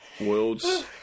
worlds